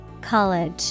College